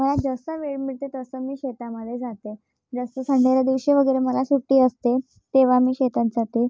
मला जसं वेळ मिळते तसं मी शेतामध्ये जाते जास्त संडेच्या दिवशी वगैरे मला सुट्टी असते तेव्हा मी शेतात जाते